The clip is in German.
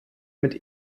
mit